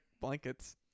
blankets